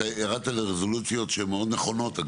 אתה ירדת לרזולוציות שהן מאוד נכונות.